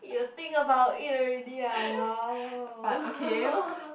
you think about it already ah !wow!